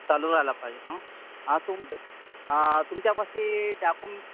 चालू झाला पाहिजे हा आ तुमच्यापाशी डॉक्युम